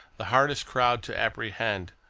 the hardest crowd to apprehend,